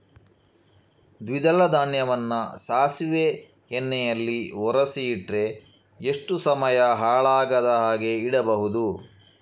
ದ್ವಿದಳ ಧಾನ್ಯವನ್ನ ಸಾಸಿವೆ ಎಣ್ಣೆಯಲ್ಲಿ ಒರಸಿ ಇಟ್ರೆ ಎಷ್ಟು ಸಮಯ ಹಾಳಾಗದ ಹಾಗೆ ಇಡಬಹುದು?